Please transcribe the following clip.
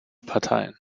parteien